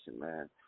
man